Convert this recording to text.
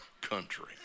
country